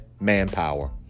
manpower